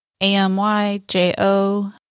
A-M-Y-J-O